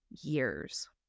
years